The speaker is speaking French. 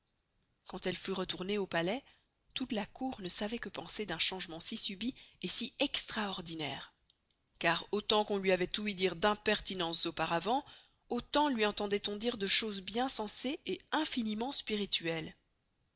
quand elle fut retournée au palais toute la cour ne sçavoit que penser d'un changement si subit et si extraordinaire car autant qu'on luy avoit oüy dire d'impertinences auparavant autant luy entendoit on dire des choses bien sensées et infiniment spirituelles